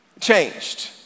changed